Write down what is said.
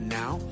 now